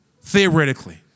Theoretically